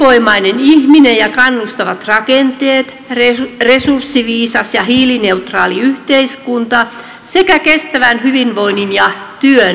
elinvoimainen ihminen ja kannustavat rakenteet resurssiviisas ja hiilineutraali yhteiskunta sekä kestävän hyvinvoinnin ja työn toimintamallit